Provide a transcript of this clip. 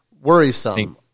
worrisome